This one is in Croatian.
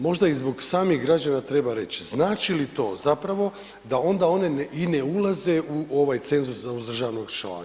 Možda i zbog samih građana treba reći znači li to zapravo da onda one i ne ulaze u ovaj cenzus za uzdržavanog člana.